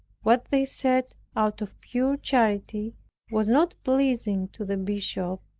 what they said out of pure charity was not pleasing to the bishop,